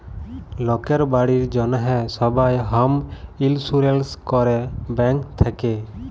লকের বাড়ির জ্যনহে সবাই হম ইলসুরেলস ক্যরে ব্যাংক থ্যাকে